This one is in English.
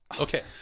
Okay